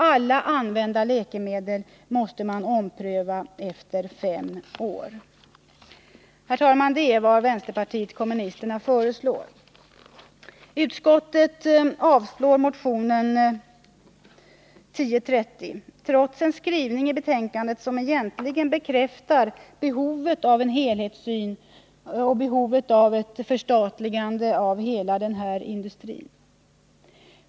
Alla använda läkemedel måste omprövas efter fem år. Det är vad vpk föreslår. Utskottet avstyrker motionen 1030 trots en skrivning i betänkandet som egentligen bekräftar behovet av en helhetssyn och behovet av ett förstatligande av hela läkemedelsindustrin.